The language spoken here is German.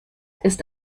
ist